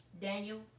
Daniel